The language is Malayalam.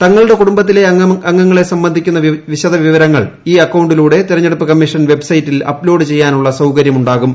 തങ്ങളുടെ കുടുംബത്തിലെ അംഗങ്ങളെ സംബന്ധിക്കുന്ന വിശദവിവരങ്ങൾ ഈ അക്കൌണ്ടിലൂടെ തെരഞ്ഞെടുപ്പ് കമ്മീഷന്റെ വെബ്സൈറ്റിൽ അപ്ലോഡ് ചെയ്യാനുള്ള സൌകര്യമുണ്ടാകും